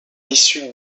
issu